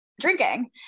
Drinking